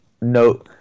no